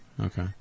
Okay